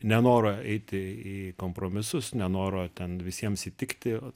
nenoro eiti į kompromisus nenoro ten visiems įtikti vat